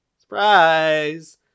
Surprise